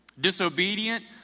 disobedient